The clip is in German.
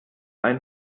ein